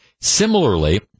Similarly